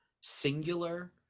singular